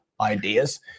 ideas